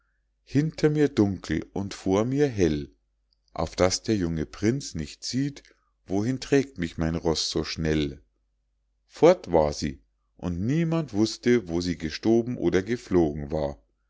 hinter mir dunkel und vor mir hell auf daß der junge prinz nicht sieht wohin mich trägt mein roß so schnell fort war sie und niemand wußte wo sie gestoben oder geflogen war